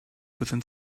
within